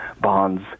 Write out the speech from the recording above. bonds